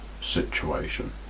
situation